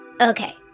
Okay